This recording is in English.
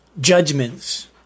judgments